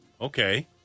okay